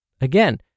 Again